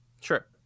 sure